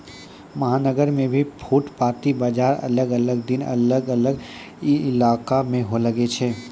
महानगर मॅ भी फुटपाती बाजार अलग अलग दिन अलग अलग इलाका मॅ लागै छै